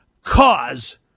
cause